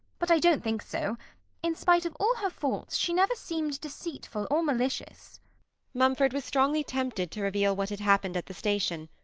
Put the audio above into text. but i don't think so in spite of all her faults, she never seemed deceitful or malicious mumford was strongly tempted to reveal what had happened at the station,